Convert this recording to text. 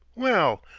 well,